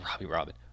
Robin